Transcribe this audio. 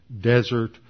desert